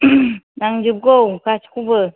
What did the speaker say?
नांजोबगौ गासैखौबो